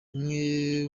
bimwe